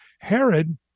Herod